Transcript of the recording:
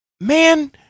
man